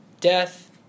Death